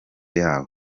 yabo